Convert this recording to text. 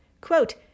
Quote